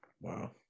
Wow